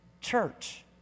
church